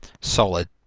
solid